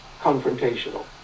confrontational